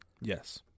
Yes